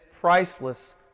priceless